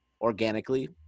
organically